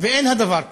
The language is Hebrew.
אין הדבר כך.